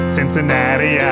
Cincinnati